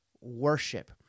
worship